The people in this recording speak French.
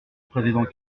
président